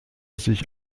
sich